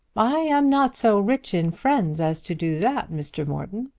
i am not so rich in friends as to do that, mr. morton.